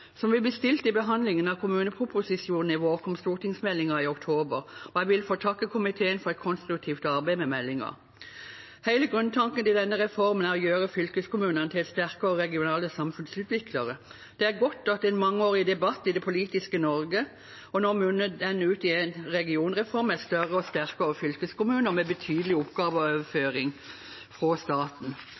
jeg vil få takke komiteen for et konstruktivt arbeid med meldingen. Hele grunntanken i denne reformen er å gjøre fylkeskommunene til sterkere regionale samfunnsutviklere. Det er godt at en mangeårig debatt i det politiske Norge nå munner ut i en regionreform med større og sterkere fylkeskommuner og med en betydelig oppgaveoverføring fra staten.